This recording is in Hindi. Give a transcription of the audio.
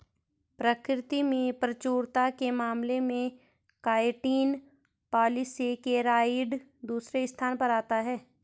प्रकृति में प्रचुरता के मामले में काइटिन पॉलीसेकेराइड दूसरे स्थान पर आता है